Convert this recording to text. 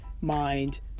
mind